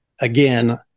again